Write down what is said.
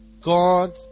God